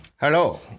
Hello